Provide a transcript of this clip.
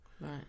Right